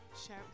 share